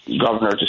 Governor